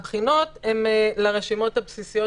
הבחינות הן לרשימות הבסיסיות,